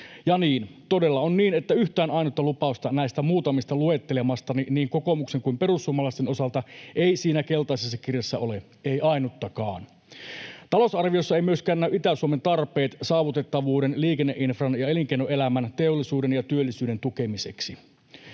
Ja todella on niin, että yhtään ainutta lupausta näistä muutamasta luettelemastani niin kokoomuksen kuin perussuomalaisten osalta ei siinä keltaisessa kirjassa ole. Ei ainuttakaan. Talousarviossa eivät myöskään näy Itä-Suomen tarpeet saavutettavuuden, liikenneinfran ja elinkeinoelämän, teollisuuden ja työllisyyden tukemiseksi.